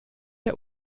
der